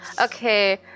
Okay